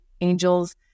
angels